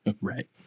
Right